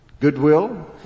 Goodwill